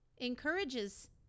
encourages